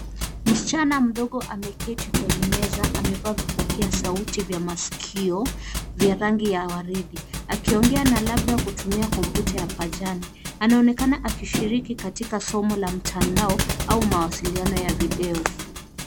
Msichana mdogo ameketi kwenye meza amevaa vipokea sauti vya masikio vya rangi ya waridi . Akiongea na labda akitumia kompyuta ya pajani anaonekana akishiriki katika somo la mtandao au mawasiliano ya video.